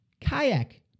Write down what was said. kayak